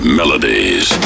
melodies